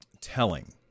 telling